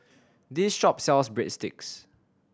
this shop sells Breadsticks